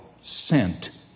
sent